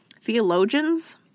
theologians